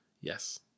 Yes